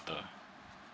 after